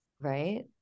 Right